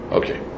okay